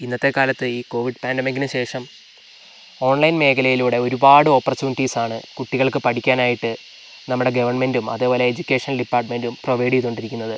ഇന്നത്തെ കാലത്ത് ഈ കോവിഡ് പാണ്ടമികിനുശേഷം ഓൺലൈൻ മേഖലയിലൂടെ ഒരുപാട് ഓപ്പർച്യുണിറ്റിസാണ് കുട്ടികൾക്ക് പഠിക്കാനായിട്ട് നമ്മുടെ ഗവൺമെൻറ്റും അതുപോലെ എഡ്യൂക്കേഷൻ ഡിപ്പാർട്മെൻറ്റും പ്രൊവൈഡ് ചെയ്തോണ്ടിരിക്കുന്നത്